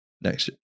next